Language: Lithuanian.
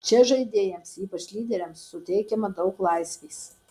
čia žaidėjams ypač lyderiams suteikiama daug laisvės